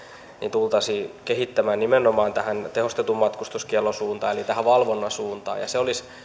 tultaisiin kehittämään nimenomaan tähän tehostetun matkustuskiellon suuntaan eli tähän valvonnan suuntaan se olisi